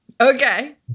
Okay